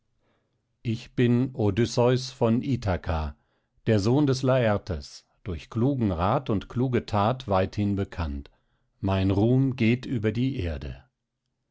ich bin odysseus von ithaka der sohn des lartes durch klugen rat und kluge that weithin bekannt mein ruhm geht über die erde